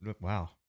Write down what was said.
Wow